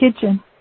Kitchen